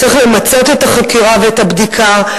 צריך למצות את החקירה ואת הבדיקה,